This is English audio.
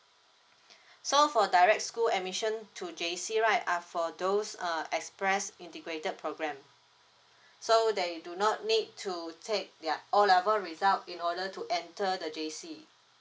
so for direct school admission to J_C right are for those uh express integrated program so that you do not need to take ya O level result in order to enter the J_C